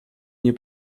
nie